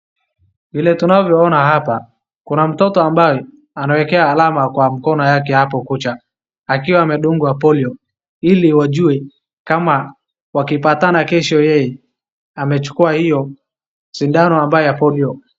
Vile tunavyoona hapa, kuna mtoto ambaye anawekewa alama kwa mkono yake hapo kucha akiwa amedungwa polio ili wajue kama wakipatana kesho yeye amechukua hiyo sindano ambayo ya Polio.